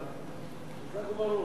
חזק וברוך.